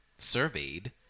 surveyed